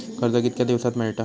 कर्ज कितक्या दिवसात मेळता?